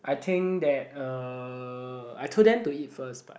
I think that uh I told them to eat first but